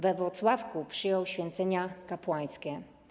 We Włocławku przyjął święcenia kapłańskie.